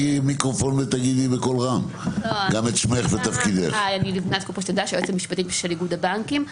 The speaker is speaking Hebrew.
אני היועצת המשפטית של איגוד הבנקים.